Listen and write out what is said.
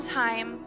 time